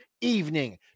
evening